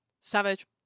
Savage